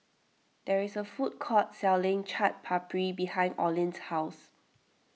there is a food court selling Chaat Papri behind Oline's house